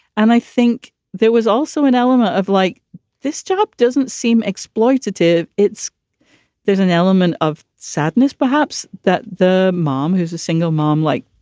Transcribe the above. and i think there was also an element of like this job doesn't seem exploitative. it's there's an element of sadness, perhaps, that the mom, who's a single mom, like,